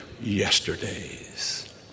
yesterdays